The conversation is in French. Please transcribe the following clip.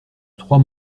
trois